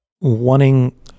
wanting